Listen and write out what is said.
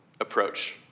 approach